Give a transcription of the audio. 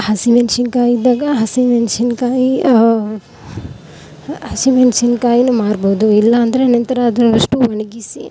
ಹಸಿಮೆಣ್ಶಿನ್ಕಾಯಿ ಇದ್ದಾಗ ಹಸಿಮೆಣ್ಶಿನ್ಕಾಯಿ ಹಸಿಮೆಣ್ಶಿನ್ಕಾಯಿ ಮಾರ್ಬೋದು ಇಲ್ಲ ಅಂದರೆ ನಂತರ ಅದನ್ನಷ್ಟು ಒಣಗಿಸಿ